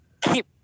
keep